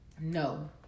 no